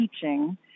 teaching